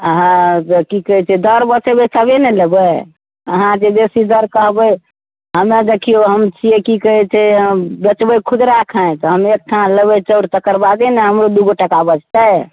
अहाँकेँ की कहैत छै दर बतेबै तबे ने लेबै अहाँकेँ जे बेसी दर कहबै हमरा देखियौ हम छिअइ की कहैत छै बेचबै खुदरा खाँय तऽ हम एकठाम लेबै चाउर तकरबादे ने हमरो दूगो टका बचतै